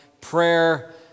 prayer